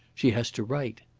she has to write.